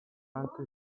anche